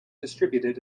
distributed